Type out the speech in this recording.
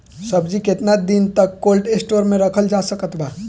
सब्जी केतना दिन तक कोल्ड स्टोर मे रखल जा सकत बा?